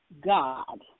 God